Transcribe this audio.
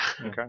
Okay